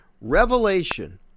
Revelation